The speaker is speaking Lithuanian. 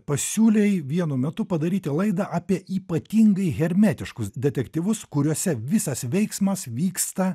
pasiūlei vienu metu padaryti laidą apie ypatingai hermetiškus detektyvus kuriuose visas veiksmas vyksta